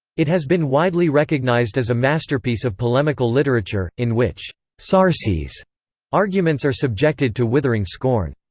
it has been widely recognized as a masterpiece of polemical literature, in which sarsi's arguments are subjected to withering scorn.